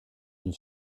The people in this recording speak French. une